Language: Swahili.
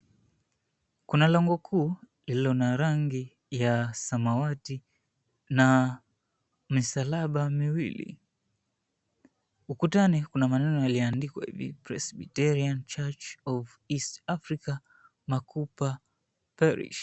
Kuna lango kuu lililo na rangi ya samawati na misalaba miwili. Ukutani kuna maneno yaliyoandikwa hivi, Presbyterian Church Of East Africa Makupa Parish.